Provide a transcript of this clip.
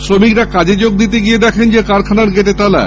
শ্রমিকরা কাজে যোগ দিতে গিয়ে দেখেন কারখানার গেটে তালা